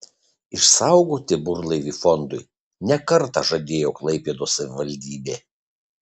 išsaugoti burlaivį fondui ne kartą žadėjo klaipėdos savivaldybė